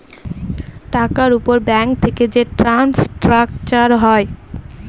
টাকার উপর ব্যাঙ্ক থেকে যে টার্ম স্ট্রাকচার হয়